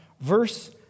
Verse